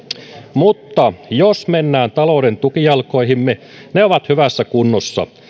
mutta jos mennään talouden tukijalkoihimme ne ovat hyvässä kunnossa